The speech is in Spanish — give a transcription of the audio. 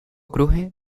cruje